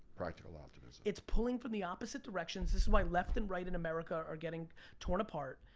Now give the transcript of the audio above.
practical optimism. it's pulling from the opposite directions. this is why left and right in america are getting torn apart,